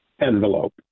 envelope